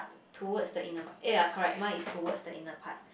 towards the inner ya ya correct mine is towards the inner part